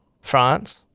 France